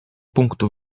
punktu